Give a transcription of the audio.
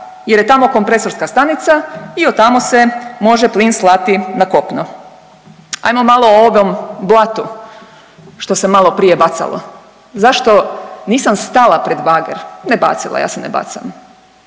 jer je tamo kompresorska stanica i od tamo se može plin slati na kopno. Ajmo malo o ovom blatu što se maloprije bacalo. Zašto nisam stala pred bager, ne bacila, ja se ne bacam?